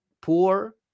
poor